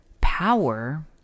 power